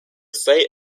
site